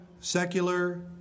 secular